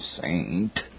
saint